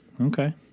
okay